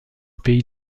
pays